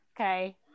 okay